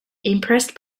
impressed